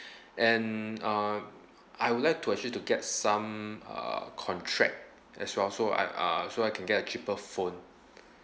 and uh I would like to actually to get some uh contract as well so I uh so I can get a cheaper phone